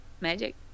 magic